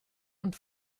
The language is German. und